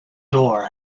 door